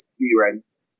experience